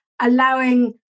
allowing